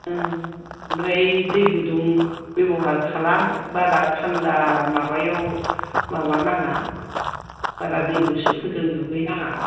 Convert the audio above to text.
उम ओमफ्राय दै गुदुं बेब'हार खालाम बारा थानदा माबायाव माबा नाङा बारा दै गुसुफोरजों दुगै नाङा